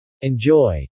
Enjoy